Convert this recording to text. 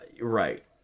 Right